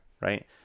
right